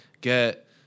get